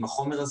עם החומר,